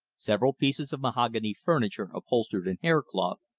several pieces of mahogany furniture upholstered in haircloth,